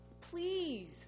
please